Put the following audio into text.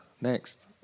next